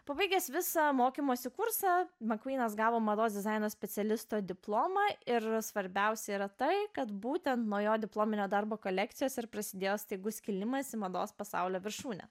pabaigęs visą mokymosi kursą makutėnas gavo mados dizaino specialisto diplomą ir svarbiausia yra tai kad būtent nuo jo diplominio darbo kolekcijos ir prasidėjo staigus kilimas į mados pasaulio viršūnę